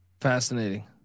Fascinating